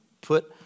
put